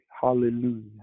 Hallelujah